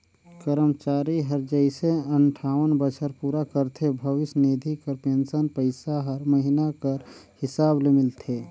करमचारी हर जइसे अंठावन बछर पूरा करथे भविस निधि कर पेंसन पइसा हर महिना कर हिसाब ले मिलथे